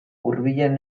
hurbilen